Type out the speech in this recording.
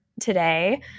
today –